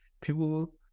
people